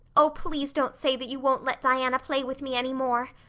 oh, please don't say that you won't let diana play with me any more.